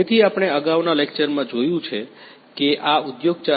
તેથીઆપણે અગાઉના લેકચરમાં જોયું છે કે આ ઉદ્યોગ 4